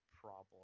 problem